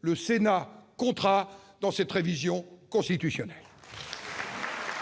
le Sénat comptera dans cette révision ! Mes